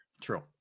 True